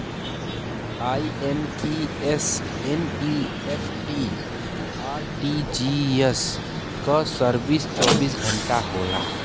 IMPS, NEFT, RTGS क service चौबीस घंटा होला